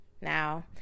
Now